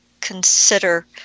consider